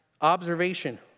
Observation